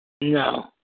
No